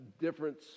difference